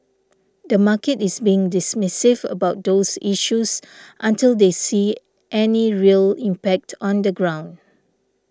the market is being dismissive about those issues until they see any real impact on the ground